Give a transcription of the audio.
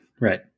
Right